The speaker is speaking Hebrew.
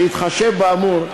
בהתחשב באמור,